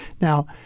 Now